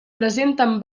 presenten